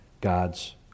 God's